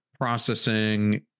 processing